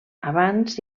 abans